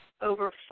over